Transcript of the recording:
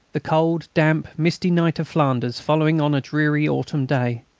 the cold, damp, misty night of flanders following on a dreary autumn day.